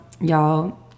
y'all